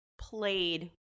played